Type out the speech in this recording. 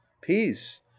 peace